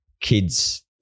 kids